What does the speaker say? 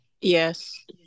Yes